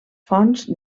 fonts